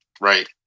Right